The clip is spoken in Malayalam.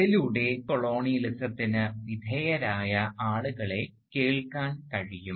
അതിലൂടെ കൊളോണിയലിസത്തിന് വിധേയരായ ആളുകളെ കേൾക്കാൻ കഴിയും